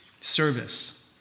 Service